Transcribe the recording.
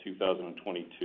2022